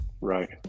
right